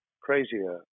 crazier